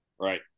right